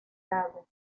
hago